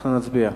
אנחנו נצביע.